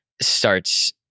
starts